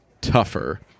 tougher